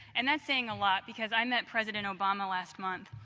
and that's saying a lot because i met president obama last month.